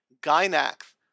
Gynax